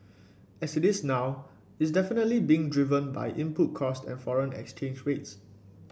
as it is now is definitely being driven by input costs and foreign exchange rates